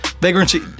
Vagrancy